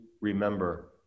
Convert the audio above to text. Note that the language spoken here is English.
remember